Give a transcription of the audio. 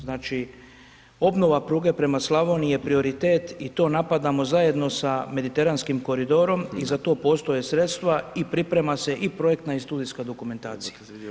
Znači, obnova pruge prema Slavoniji je prioritet i to napadamo zajedno sa Mediteranskim koridorom i za to postoje sredstva i priprema se i projektna i studijska dokumentacija.